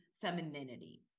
femininity